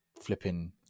flipping